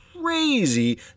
crazy